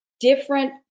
different